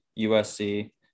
USC